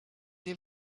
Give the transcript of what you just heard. nie